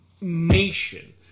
nation